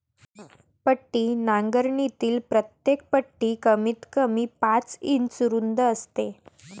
पट्टी नांगरणीतील प्रत्येक पट्टी कमीतकमी पाच इंच रुंद असते